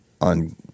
on